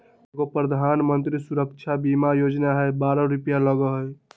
एगो प्रधानमंत्री सुरक्षा बीमा योजना है बारह रु लगहई?